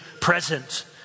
present